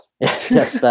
yes